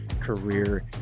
career